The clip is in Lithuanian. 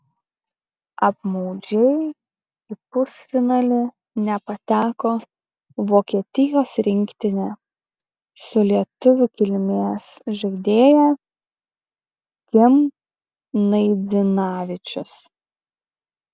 apmaudžiai į pusfinalį nepateko vokietijos rinktinė su lietuvių kilmės žaidėja kim naidzinavičius